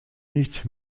nicht